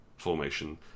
Formation